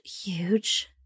huge